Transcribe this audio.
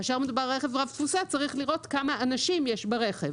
כאשר מדובר על רכב רב תפוסה צריך לראות כמה אנשים יש ברכב.